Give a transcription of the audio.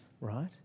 right